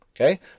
Okay